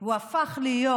הוא הפך להיות